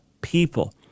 people